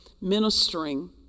ministering